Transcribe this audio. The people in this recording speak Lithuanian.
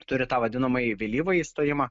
turi tą vadinamąjį vėlyvąjį stojimą